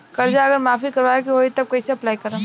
कर्जा अगर माफी करवावे के होई तब कैसे अप्लाई करम?